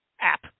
app